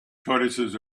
tortoises